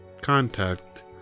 contact